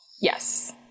Yes